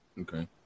Okay